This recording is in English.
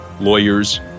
lawyers